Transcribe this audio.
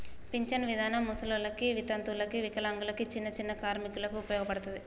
pension విధానం ముసలోళ్ళకి వితంతువులకు వికలాంగులకు చిన్ని చిన్ని కార్మికులకు ఉపయోగపడతది